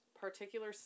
particular